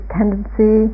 tendency